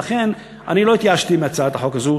ולכן אני לא התייאשתי מהצעת החוק הזאת.